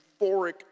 euphoric